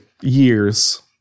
years